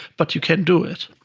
but you can do it.